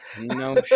No